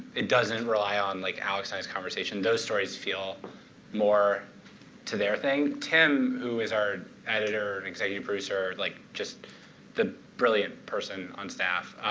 it doesn't rely on like alex and i's conversation. those stories feel more to their thing. tim, who is our editor and executive producer, like just the brilliant person on staff,